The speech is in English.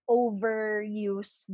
overuse